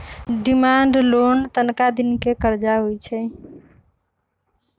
demand loan तनका दिन के करजा होइ छइ